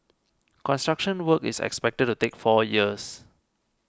construction work is expected to take four years